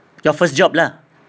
your first job lah